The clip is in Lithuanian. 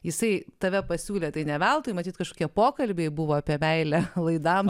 jisai tave pasiūlė tai ne veltui matyt kažkokie pokalbiai buvo apie meilę laidams